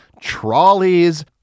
trolleys